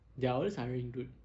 they're always hiring dude